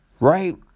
right